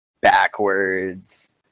backwards